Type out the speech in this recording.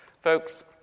Folks